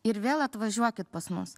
ir vėl atvažiuokit pas mus